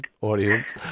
audience